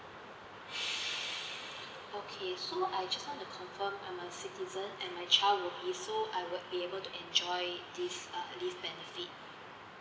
okay so I just want to confirm I'm a citizen and my child will be so I will be able to enjoy this uh leave benefits